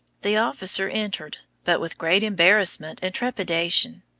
the officer entered, but with great embarrassment and trepidation.